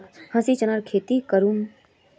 हमीं चनार खेती नी करुम